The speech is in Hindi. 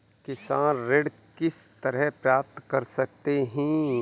किसान ऋण किस तरह प्राप्त कर सकते हैं?